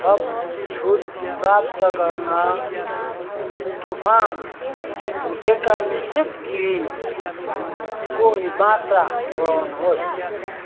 थप छुट प्राप्त गर्न ट्रुफार्म भुटेका मिश्रित गिरीको मात्रा बढाउनुहोस्